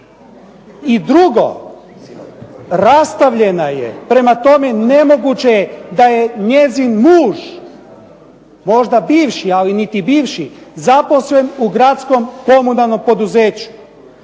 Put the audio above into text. I drugo, rastavljena je. Prema tome, nemoguće je da je njezin muž, možda bivši, ali niti bivši, zaposlen u Gradskom komunalnom poduzeću.